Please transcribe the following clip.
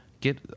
get